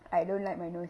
I don't like my nose